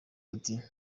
ati